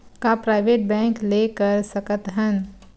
का private bank ले कर सकत हन?